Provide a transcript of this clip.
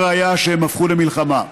הראיה, הם הפכו למלחמה.